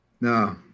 No